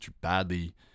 badly